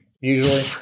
usually